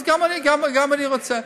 אז גם אני רוצה.